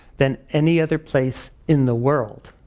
than any other place in the world.